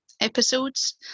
episodes